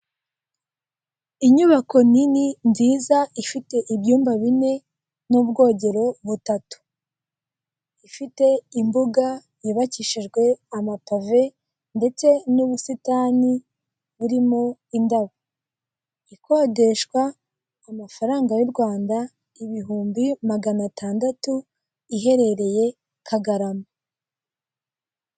Inyubako nini nziza ifite ibyumba bine n'ubwogero butatu. Ifite imbuga yubakishijwe amapave, ndetse n'ubusitani burimo indabo, ikodeshwa amafaranga y'u Rwanda ibihumbi magana atandatu iherereye Kagarama.